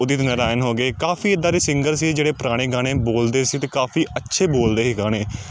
ਉਦਿਤ ਨਰਾਇਣ ਹੋ ਗਏ ਕਾਫੀ ਇੱਦਾਂ ਦੇ ਸਿੰਗਰ ਸੀ ਜਿਹੜੇ ਪੁਰਾਣੇ ਗਾਣੇ ਬੋਲਦੇ ਸੀ ਅਤੇ ਕਾਫੀ ਅੱਛੇ ਬੋਲਦੇ ਸੀ ਗਾਣੇ